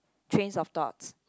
trends of thoughts